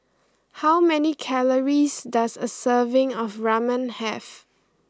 how many calories does a serving of Ramen have